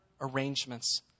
arrangements